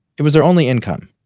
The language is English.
it was their only income.